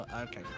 Okay